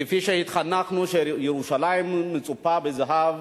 כפי שהתחנכנו, שירושלים מצופה בזהב,